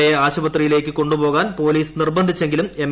A യെ ആശുപത്രിയിലേക്കു കൊണ്ടു പോകാൻ പോലീസ് നിർബന്ധിച്ചെങ്കിലും എം